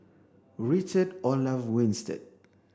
Richard Olaf Winstedt